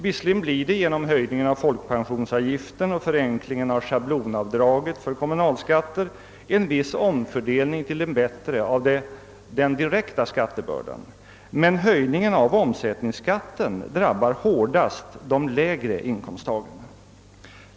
Visserligen blir det genom höjningen av folkpensionsavgiften och förenklingen av schablonavdraget för kommunalskatten en viss omfördelning till det bättre av den direkta skattebördan, men höjningen av omsättningsskatten drabbar hårdast de lägre inkomsttagarna.